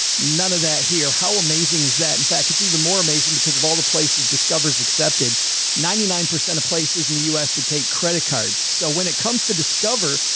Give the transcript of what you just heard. none of that here. how amazing is that? in fact, it's even more amazing because of all the places discover's accepted ninety nine percent of places in the u s to take credit cards. so when it comes to discover,